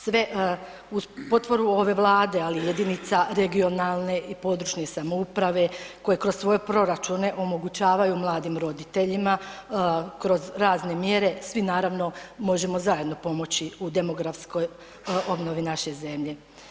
Sve uz potporu ove Vlade, ali jedinica regionalne i područne samouprave koje kroz svoje proračune omogućavaju mladim roditeljima kroz razne mjere, svi naravno možemo zajedno pomoći u demografskoj obnovi naše zemlje.